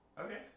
Okay